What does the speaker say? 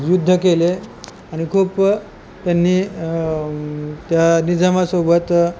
युद्ध केले आणि खूप त्यांनी त्या निजामासोबत